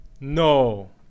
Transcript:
no